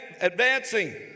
advancing